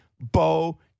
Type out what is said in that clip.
Bo